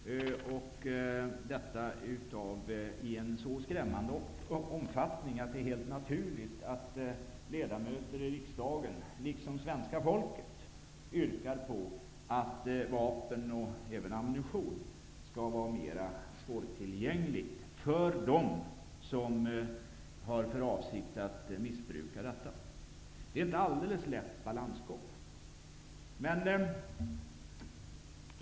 Detta har en så skrämmande omfattning att det är helt naturligt att ledamöter i riksdagen liksom svenska folket yrkar på att vapen och även ammunition skall vara mera svårtillgängliga för dem som har för avsikt att missbruka vapen. Man får här gå en balansgång som inte är helt lätt.